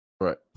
Right